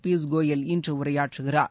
பியூஷ் கோயல் இன்று உரையாற்றுகிறார்